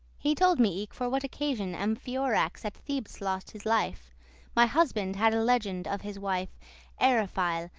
he told me eke, for what occasion amphiorax at thebes lost his life my husband had a legend of his wife eryphile,